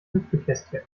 hüpfekästchen